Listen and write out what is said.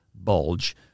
bulge